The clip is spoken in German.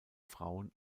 frauen